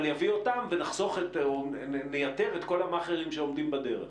אבל יביא אותם ונחסוך או נייתר את כל המאכרים שעומדים בדרך.